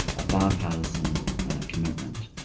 a bipartisan commitment,